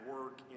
work